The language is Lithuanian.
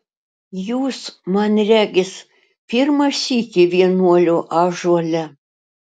jūs man regis pirmą sykį vienuolio ąžuole